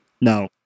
No